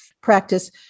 practice